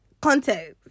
Context